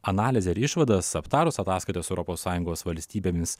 analizę ir išvadas aptarus ataskaitas europos sąjungos valstybėmis